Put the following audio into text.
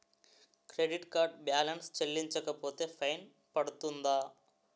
Credit card balance చెల్లించకపోతే fine పడ్తుంద?